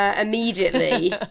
Immediately